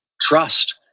Trust